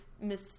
Miss